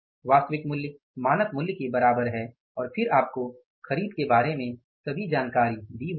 वास्तविक मूल्य मानक मूल्य के बराबर है और फिर आपको खरीद के बारे में सभी जानकारी दी हुई है